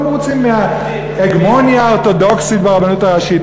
מרוצים מההגמוניה האורתודוקסית ברבנות הראשית.